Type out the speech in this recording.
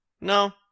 No